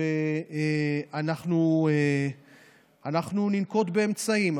ואנחנו ננקוט אמצעים.